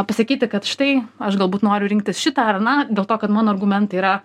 pasakyti kad štai aš galbūt noriu rinktis šitą ar na dėl to kad mano argumentai yra